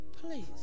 please